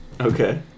okay